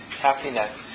happiness